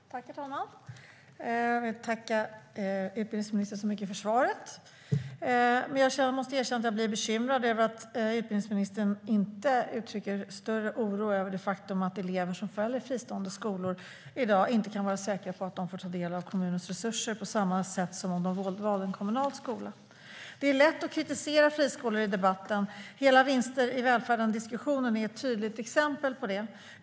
Herr talman! Jag vill tacka för utbildningsministern så mycket för svaret. Jag måste dock erkänna att jag blir bekymrad över att utbildningsministern inte uttrycker större oro över det faktum att elever som väljer fristående skolor i dag inte kan vara säkra på att de får ta del av kommunens resurser på samma sätt som om de valde en kommunal skola. Det är lätt att kritisera friskolor i debatten. Hela diskussionen om vinster i välfärden är ett tydligt exempel på det.